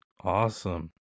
Awesome